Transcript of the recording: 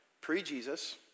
Pre-Jesus